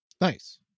Nice